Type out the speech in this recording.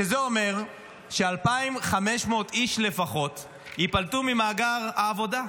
וזה אומר ש-2,500 איש לפחות יפלטו ממעגל העבודה.